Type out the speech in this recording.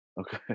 Okay